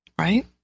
Right